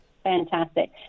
fantastic